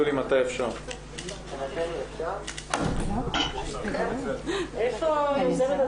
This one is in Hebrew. שלום לכולם, אני מתכבד לפתוח את